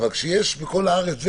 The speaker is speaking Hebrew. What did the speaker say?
אבל כשיש בכל הארץ...